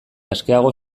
askeago